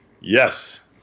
Yes